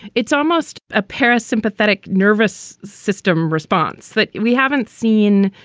it's almost a parasympathetic nervous system response that we haven't seen.